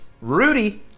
rudy